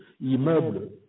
immeuble